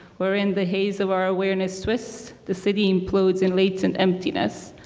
were in the haze of our awareness twist, the city implodes in latent emptiness.